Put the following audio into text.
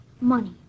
Money